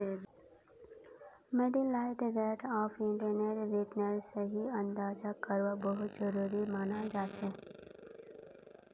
modified rate of internal रिटर्नेर सही अंदाजा करवा बहुत जरूरी मनाल जाछेक